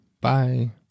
Bye